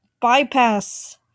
bypass